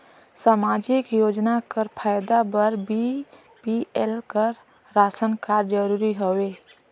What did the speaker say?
समाजिक योजना कर फायदा बर बी.पी.एल कर राशन कारड जरूरी हवे?